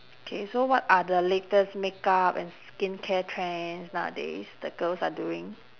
K so what are the latest make up and skincare trends nowadays the girls are doing